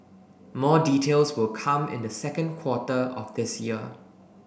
more details will come in the second quarter of this year